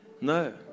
No